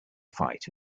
fight